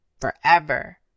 forever